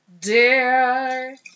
dear